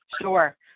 sure